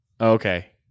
Okay